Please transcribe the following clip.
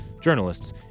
journalists